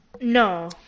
no